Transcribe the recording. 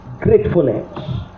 gratefulness